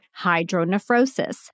hydronephrosis